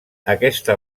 aquesta